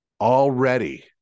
Already